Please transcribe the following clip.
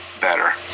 better